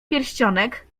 pierścionek